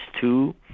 two